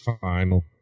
final